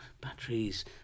batteries